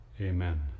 Amen